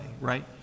Right